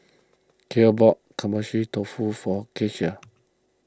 Cale bought Agedashi Dofu for Kelsey